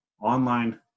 online